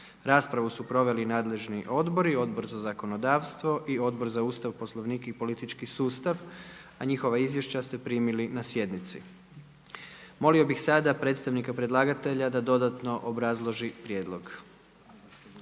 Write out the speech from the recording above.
Raspravu su proveli nadležni odbori, Odbor za zakonodavstvo i Odbor za Ustav, Poslovnik i politički sustav a njihova izvješća ste primili na sjednici. Molio bih sada predstavnika predlagatelja da dodatno obrazloži prijedlog.